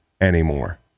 anymore